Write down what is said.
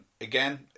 Again